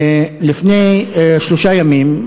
לפני שלושה ימים,